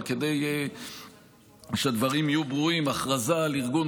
אבל כדי שהדברים שיהיו ברורים: הכרזה על ארגון